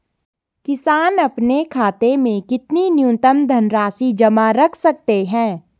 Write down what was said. किसान अपने खाते में कितनी न्यूनतम धनराशि जमा रख सकते हैं?